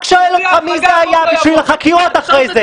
רק שואל מי זה היה, בשביל החקירות אחרי זה.